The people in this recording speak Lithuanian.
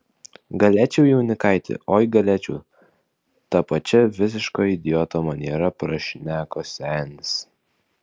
galėčiau jaunikaiti oi galėčiau ta pačia visiško idioto maniera prašneko senis